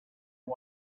had